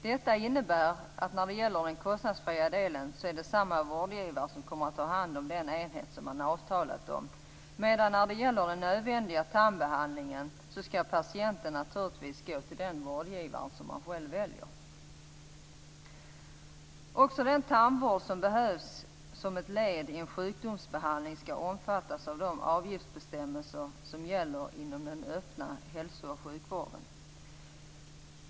Detta innebär att det för den kostnadsfria delen är samma vårdgivare som kommer att ta hand om den enhet som man har avtalat om, men patienten skall naturligtvis gå till den vårdgivare han eller hon själv väljer för den nödvändiga tandbehandlingen. Också den tandvård som behövs som ett led i en sjukdomsbehandling skall omfattas av de avgiftsbestämmelser som gäller inom den öppna hälso och sjukvården.